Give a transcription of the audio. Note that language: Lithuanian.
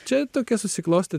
čia tokia susiklostė